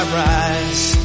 rise